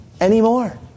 anymore